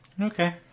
Okay